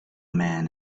man